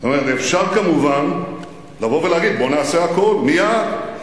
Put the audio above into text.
אפשר כמובן לבוא ולהגיד: בואו נעשה הכול, מייד.